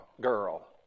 girl